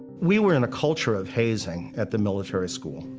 we were in a culture of hazing at the military school.